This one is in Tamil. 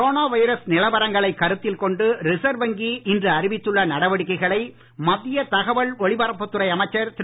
கொரோனா வைரஸ் நிலவரங்களைக் கருத்தில் கொண்டு ரிசர்வ் இன்று அறிவித்துள்ள நடவடிக்கைகளை மத்திய தகவல் வங்கி ஒலிபரப்புத் துறை அமைச்சர் திரு